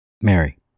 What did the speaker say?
Mary